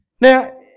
Now